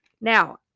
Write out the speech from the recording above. Now